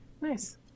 Nice